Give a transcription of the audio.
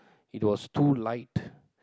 it was too light